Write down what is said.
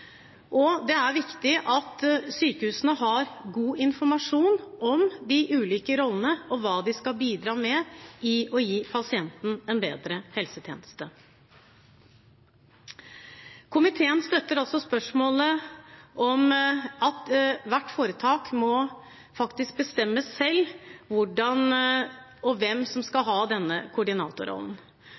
Og det er viktig at sykehusene har god informasjon om de ulike rollene og hva de skal bidra med når det gjelder å gi pasienten en bedre helsetjeneste. Komiteen støtter altså spørsmålet om at hvert foretak faktisk må bestemme selv hvordan og hvem som skal ha denne koordinatorrollen.